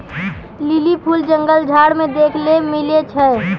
lily फूल जंगल झाड़ मे देखै ले मिलै छै